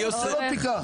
הנורבגית.